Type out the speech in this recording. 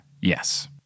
Yes